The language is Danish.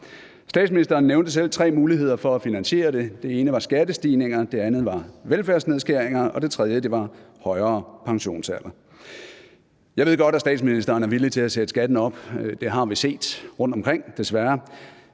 Statsministeren nævnte selv tre muligheder for at finansiere det. Det ene var skattestigninger, det andet var velfærdsnedskæringer, og det tredje var højere pensionsalder. Jeg ved godt, at statsministeren er villig til at sætte skatten op – det har vi set rundtomkring, desværre.